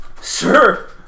Sir